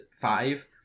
five